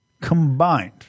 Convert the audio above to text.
combined